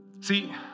See